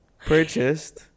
purchased